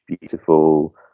beautiful